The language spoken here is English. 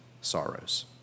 sorrows